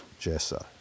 Jessa